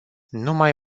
numai